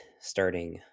starting